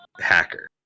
hacker